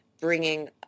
bringing